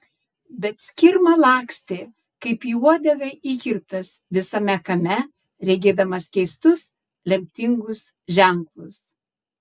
bet skirma lakstė kaip į uodegą įkirptas visame kame regėdamas keistus lemtingus ženklus